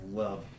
love